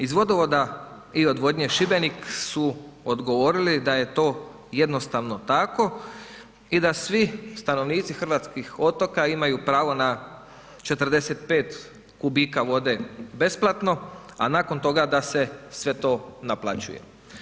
Iz vodovoda i odvodnje Šibenik su odgovorili da je to jednostavno tako i da svi stanovnici hrvatskih otoka imaju pravo na 45 kubika vode besplatno a nakon toga da se sve to naplaćuje.